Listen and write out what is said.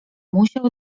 musiał